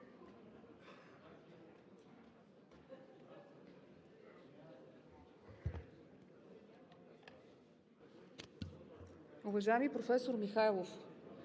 Уважаеми професор Михайлов,